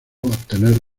obtener